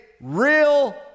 real